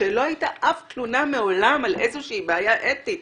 שלא הייתה אף תלונה מעולם על איזה שהיא בעיה אתית,